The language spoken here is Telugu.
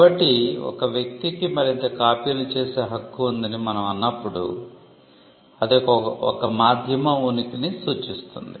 కాబట్టి ఒక వ్యక్తికి మరింత కాపీలు చేసే హక్కు ఉందని మనం అన్నప్పుడు అది ఒక మాధ్యమం ఉనికిని సూచిస్తుంది